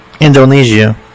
Indonesia